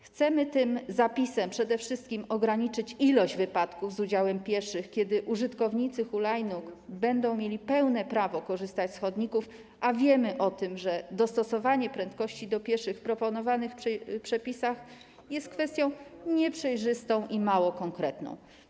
Chcemy tym zapisem przede wszystkim ograniczyć ilość wypadków z udziałem pieszych, kiedy użytkownicy hulajnóg będą mieli pełne prawo korzystać z chodników, a wiemy o tym, że dostosowanie prędkości do pieszych w proponowanych przepisach jest kwestią nieprzejrzystą i mało konkretną.